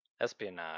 Espionage